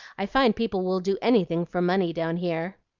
i find people will do anything for money down here.